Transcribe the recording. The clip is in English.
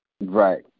Right